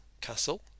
Castle